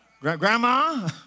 Grandma